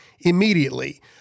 immediately